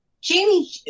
Jamie